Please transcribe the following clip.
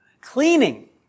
cleaning